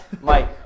Mike